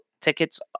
tickets